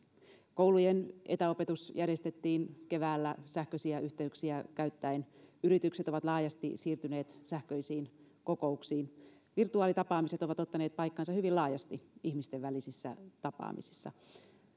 koulujen etäopetus järjestettiin keväällä sähköisiä yhteyksiä käyttäen yritykset ovat laajasti siirtyneet sähköisiin kokouksiin virtuaalitapaamiset ovat ottaneet paikkansa hyvin laajasti ihmisten välisissä tapaamisissa